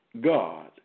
God